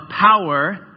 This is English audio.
power